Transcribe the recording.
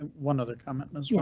and one other comment as yeah